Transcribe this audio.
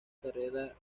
carrera